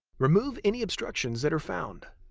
remove any obstructions that are found.